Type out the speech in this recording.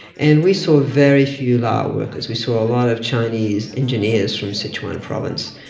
and we saw very few laos workers, we saw a lot of chinese engineers from sichuan province.